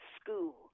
school